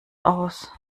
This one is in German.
aus